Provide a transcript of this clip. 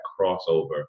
crossover